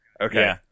Okay